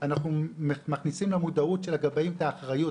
אנחנו מכניסים למודעות של הגבאים את האחריות.